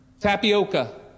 Tapioca